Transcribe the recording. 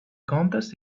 contest